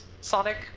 Sonic